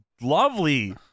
lovely